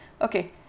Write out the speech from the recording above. Okay